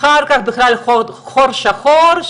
אחר כך בכלל חור שחור.